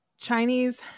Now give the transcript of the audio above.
Chinese